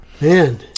Man